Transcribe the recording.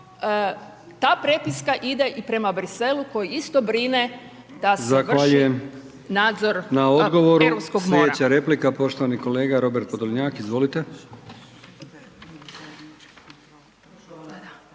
ta prepiska ide i prema Briselu koji isto brine da se …/Upadica: